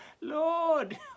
lord